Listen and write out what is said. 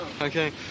Okay